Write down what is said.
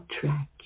track